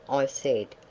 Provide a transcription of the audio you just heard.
i said,